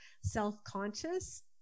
self-conscious